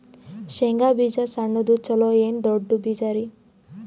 ಶೇಂಗಾ ಬೀಜ ಸಣ್ಣದು ಚಲೋ ಏನ್ ದೊಡ್ಡ ಬೀಜರಿ?